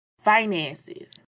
Finances